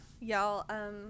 Y'all